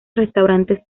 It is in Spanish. restaurantes